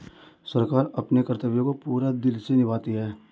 सरकार अपने कर्तव्य को पूरे दिल से निभाती है